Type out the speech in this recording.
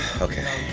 Okay